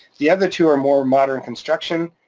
the other two are more modern construction.